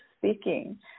speaking